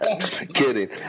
Kidding